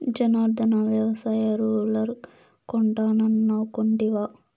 జనార్ధన, వ్యవసాయ రూలర్ కొంటానన్నావ్ కొంటివా